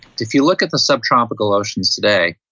if you look at the subtropical oceans today,